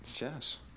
Yes